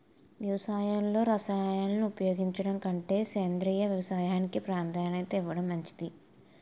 వ్యవసాయంలో రసాయనాలను ఉపయోగించడం కంటే సేంద్రియ వ్యవసాయానికి ప్రాధాన్యత ఇవ్వడం మంచిది